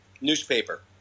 newspaper